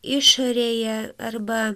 išorėje arba